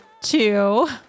two